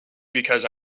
because